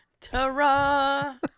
Tara